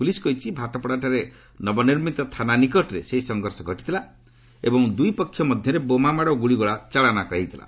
police କହିଛି ଭାଟପଡ଼ାଠାରେ ନବନିର୍ମିତ ଥାନା ନିକଟରେ ସେହି ସଂଘର୍ଷ ହୋଇଥିଲା ଏବଂ ଦୁଇ ଗୋଷ୍ଠୀ ମଧ୍ୟରେ ବୋମାମାଡ଼ ଓ ଗୁଳିଗୋଳା ଚାଳନ କରାଯାଇଥିଲା